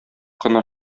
кына